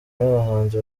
n’abahanzi